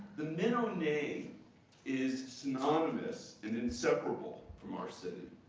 the minow name is synonymous and inseparable from our city.